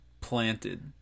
planted